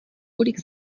kolik